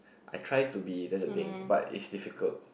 I try to be that's the thing but it's difficult